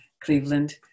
Cleveland